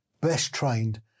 best-trained